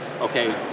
okay